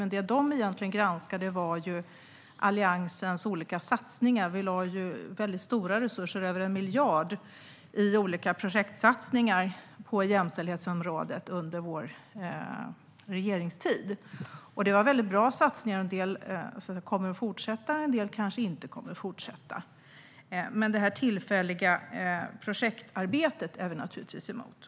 Men det de egentligen granskade var Alliansens olika satsningar. Vi lade väldigt stora resurser, över 1 miljard, i olika projektsatsningar på jämställdhetsområdet under vår regeringstid. Det var väldigt bra satsningar. En del kommer att fortsätta; en del kanske inte kommer att fortsätta. Det här tillfälliga projektarbetet är vi naturligtvis emot.